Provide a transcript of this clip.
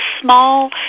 small